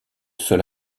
sol